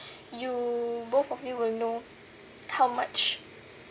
you both of you will know how much